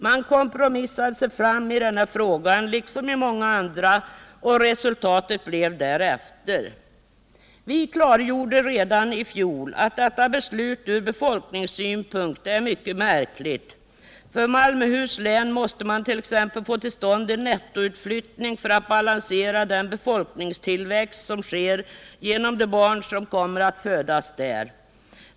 Man kompromissade sig fram i denna fråga — liksom i många andra — och resultatet blev därefter. Vi klargjorde redan i fjol att detta beslut från befolkningssynpunkt är mycket märkligt. För Malmöhus län måste man t.ex. få till stånd en nettoutflyttning för att balansera den befolkningstillväxt som sker genom de barn som kommer att födas där.